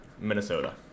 Minnesota